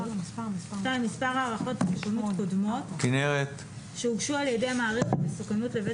מספר הערכות מסוכנות קודמות שהוגשו על ידי מעריך המסוכנות לבית